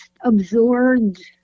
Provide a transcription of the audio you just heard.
absorbed